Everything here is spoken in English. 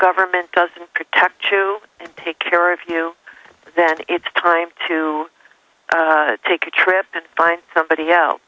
government doesn't protect to take care of you then it's time to take a trip and find